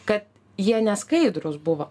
kad jie neskaidrūs buvo